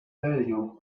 value